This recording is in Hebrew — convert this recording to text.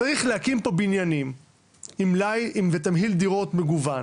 צריך להקים פה בניינים עם מלאי ותמהיל דירות מגוון